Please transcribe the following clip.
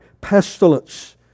pestilence